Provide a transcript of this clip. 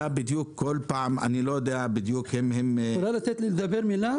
אני אאפשר לדייגים לדבר.